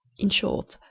in short,